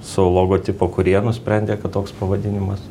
su logotipu kur jie nusprendė kad toks pavadinimas